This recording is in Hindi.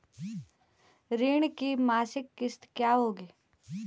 ऋण की मासिक किश्त क्या होगी?